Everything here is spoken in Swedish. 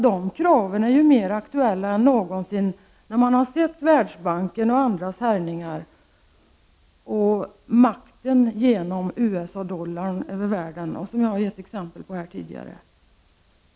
De kraven är ju mer aktuella än någonsin, när man har sett Världsbankens och andras härjningar och USA-dollarns makt i världen, som jag har gett exempel på här tidigare.